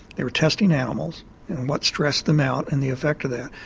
they were testing animals and what stressed them out and the effect of that,